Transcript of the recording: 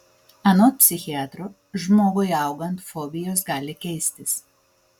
anot psichiatro žmogui augant fobijos gali keistis